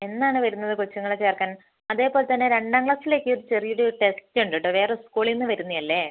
എന്നാണ് വരുന്നത് കൊച്ചുങ്ങളെ ചേർക്കാൻ അതേപോലെത്തന്നെ രണ്ടാം ക്ലാസ്സിലേക്ക് ഒരു ചെറിയൊരു ടെസ്റ്റ് ഉണ്ട് കേട്ടോ വേറെ സ്കൂളിൽ നിന്ന് വരുന്നതല്ലേ